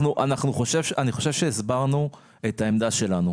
אני חושב שהסברנו את העמדה שלנו.